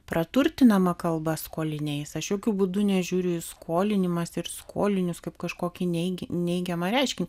praturtinama kalba skoliniais aš jokiu būdu nežiūriu į skolinimąsi ir skolinius kaip kažkokį nei neigiamą reiškinį